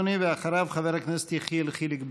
בבקשה, אדוני, ואחריו, חבר הכנסת יחיאל חיליק בר.